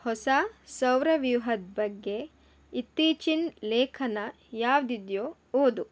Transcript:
ಹೊಸ ಸೌರವ್ಯೂಹದ ಬಗ್ಗೆ ಇತ್ತೀಚಿನ ಲೇಖನ ಯಾವುದಿದ್ಯೋ ಓದು